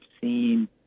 seen